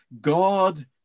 God